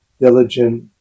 diligent